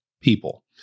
people